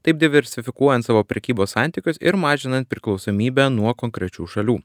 taip diversifikuojant savo prekybos santykius ir mažinant priklausomybę nuo konkrečių šalių